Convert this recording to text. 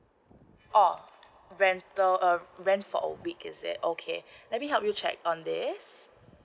orh rental err rent for a week is it okay let me help you check on this